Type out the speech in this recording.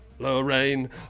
Lorraine